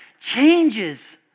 changes